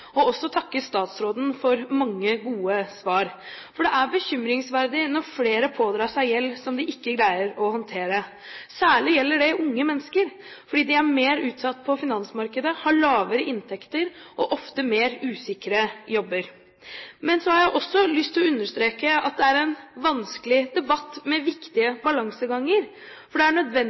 og også takke statsråden for mange gode svar. Det er bekymringsverdig når flere pådrar seg gjeld som de ikke greier å håndtere. Særlig gjelder det unge mennesker, fordi de er mer utsatte på finansmarkedet, har lavere inntekter og ofte mer usikre jobber. Men så har jeg også lyst til å understreke at det er en vanskelig debatt med viktige balanseganger, for det er nødvendig